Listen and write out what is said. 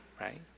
right